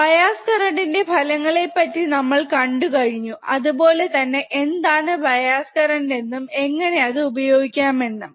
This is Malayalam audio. ബയാസ് കറന്റ് ന്റെ ഫലങ്ങളെ പറ്റി നമ്മൾ കണ്ടു കഴിഞ്ഞു അത്പോലെതന്നെ എന്താണ് ബയാസ് കറന്റ് എന്നും എങ്ങനെ അത് ഉപയോഗിക്കാം എന്നും